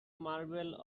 marble